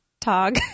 tog